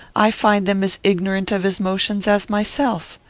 i find them as ignorant of his motions as myself.